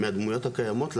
מהדמויות הקיימות,